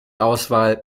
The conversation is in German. auswahl